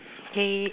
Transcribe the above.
okay